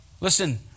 Listen